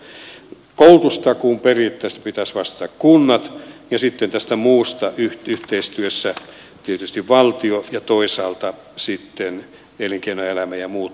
koulutustakuun periaatteesta pitäisi vastata kuntien ja sitten tästä muusta yhteistyössä tietysti valtion ja toisaalta sitten elinkeinoelämän ja muiden toimijoiden